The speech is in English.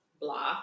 blah